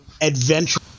adventure